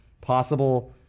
possible